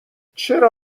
چرا